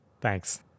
Thanks